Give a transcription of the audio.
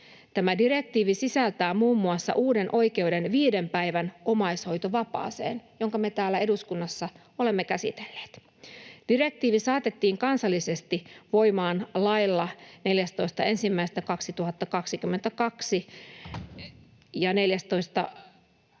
Tämä direktiivi sisältää muun muassa uuden oikeuden viiden päivän omaishoitovapaaseen, jonka me täällä eduskunnassa olemme käsitelleet. Direktiivi saatettiin kansallisesti voimaan lailla 14.1.2022.